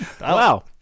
Wow